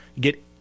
get